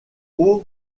haut